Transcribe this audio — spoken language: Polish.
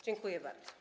Dziękuję bardzo.